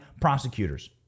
prosecutors